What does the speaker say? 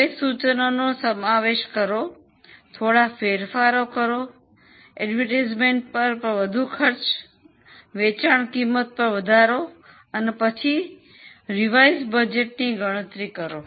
હવે સૂચનોનો સમાવેશ કરો થોડા ફેરફારો કરો જાહેરાત પર વધુ ખર્ચ વેચાણ કિંમત વધારો અને પછી સુધારેલ બજેટની ગણતરી કરો